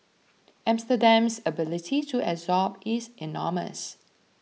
Amsterdam's ability to absorb is enormous